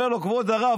אומר לו: כבוד הרב,